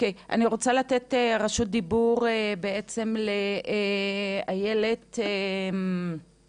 אני רוצה לתת רשות דיבור לאיילת עוז,